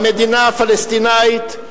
במדינה הפלסטינית,